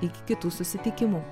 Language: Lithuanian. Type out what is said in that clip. iki kitų susitikimų